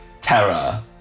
terror